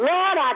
Lord